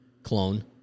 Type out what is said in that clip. Clone